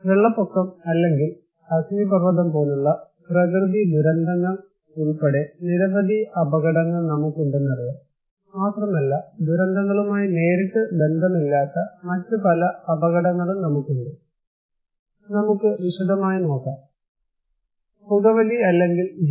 വെള്ളപ്പൊക്കം അല്ലെങ്കിൽ അഗ്നിപർവ്വതം പോലുള്ള പ്രകൃതിദുരന്തങ്ങൾ ഉൾപ്പെടെ നിരവധി അപകടങ്ങൾ നമുക്കുണ്ടെന്നറിയാം മാത്രമല്ല ദുരന്തങ്ങളുമായി നേരിട്ട് ബന്ധമില്ലാത്ത മറ്റ് പല അപകടങ്ങളും നമുക്കുണ്ട് നമുക്ക് വിശദമായിനോക്കാം നമുക്ക് പുകവലി അല്ലെങ്കിൽ ജി